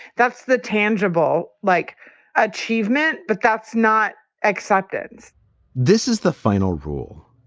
that's the tangible like achievement. but that's not acceptance this is the final rule.